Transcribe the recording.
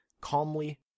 calmly